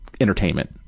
entertainment